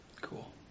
Cool